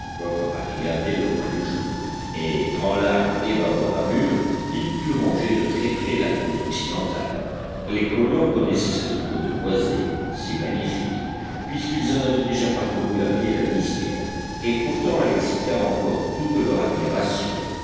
pencroff appareilla dès le point du jour et grand largue et bâbord amures il put ranger de très près la côte occidentale les colons connaissaient cette côte boisée si magnifique puisqu'ils en avaient déjà parcouru à pied la lisière et pourtant elle excita encore toute leur admiration